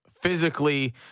Physically